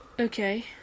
Okay